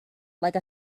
like